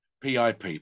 PIP